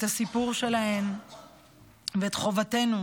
את הסיפור שלהן ואת חובתנו